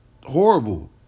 horrible